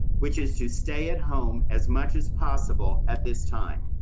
which is to stay at home as much as possible at this time.